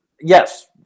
yes